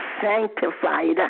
sanctified